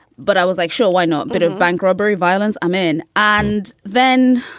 but i was like, sure, why not? but a bank robbery, violence i'm in. and then